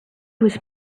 was